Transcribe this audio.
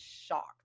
shocked